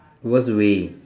worst way